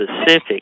specific